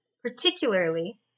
particularly